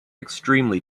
extremely